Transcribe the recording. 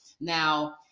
Now